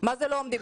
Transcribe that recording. מה זה לא עומדים?